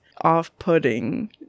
off-putting